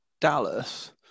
Dallas